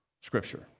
scripture